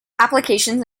applications